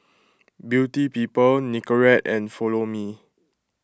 Beauty People Nicorette and Follow Me